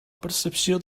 percepció